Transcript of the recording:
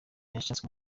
yashatse